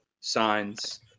signs